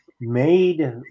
made